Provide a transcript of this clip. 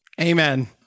amen